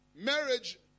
Marriage